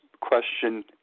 question